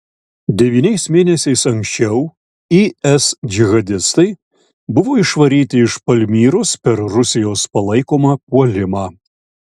devyniais mėnesiais anksčiau is džihadistai buvo išvaryti iš palmyros per rusijos palaikomą puolimą